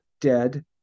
dead